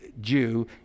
Jew